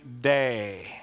day